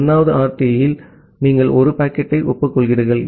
1 வது ஆர்டியில் நீங்கள் 1 பாக்கெட்டை ஒப்புக்கொள்கிறீர்கள்